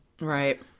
Right